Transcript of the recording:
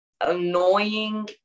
annoying